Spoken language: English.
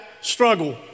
struggle